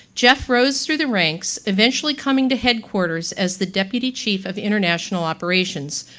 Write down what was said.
jeff rose through the ranks, eventually coming to head quarters as the deputy chief of international operations.